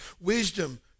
wisdom